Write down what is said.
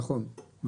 נכון.